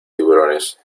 tiburones